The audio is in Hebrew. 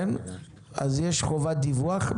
אז יש חובת דיווח.